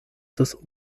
des